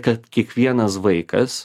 kad kiekvienas vaikas